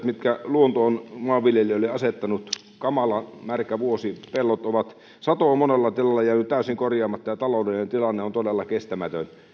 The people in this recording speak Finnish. mitkä luonto on maanviljelijöille asettanut kamalan märkä vuosi sato on monella tilalla jäänyt täysin korjaamatta ja taloudellinen tilanne on todella kestämätön